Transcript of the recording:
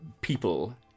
people